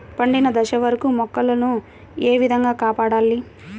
పండిన దశ వరకు మొక్కల ను ఏ విధంగా కాపాడాలి?